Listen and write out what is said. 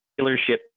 dealership